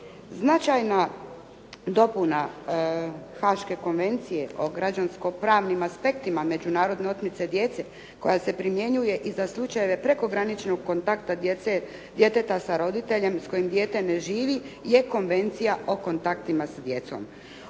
Značajna dopuna haške Konvencije o građansko-pravnim aspektima međunarodne otmice djece koja se primjenjuje i za slučajeve prekograničnog kontakta djeteta sa roditeljem s kojim dijete ne živi je Konvencija o kontaktima sa djecom.